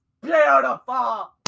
beautiful